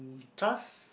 trust